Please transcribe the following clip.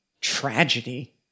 tragedy